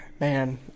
man